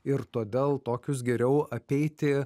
ir todėl tokius geriau apeiti